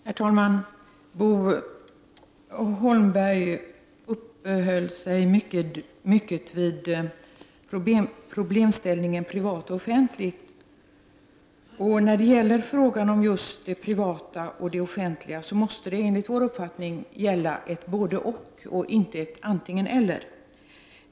Herr talman! Bo Holmberg upphöll sig mycket vid problemställningen privat och offentligt, och just i fråga om det privata och det offentliga måste det gälla ett både-och, inte ett antingen-eller.